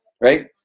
right